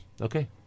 Okay